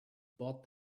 bought